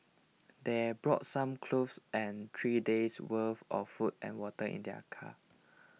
they brought some clothes and three days' worth of food and water in their car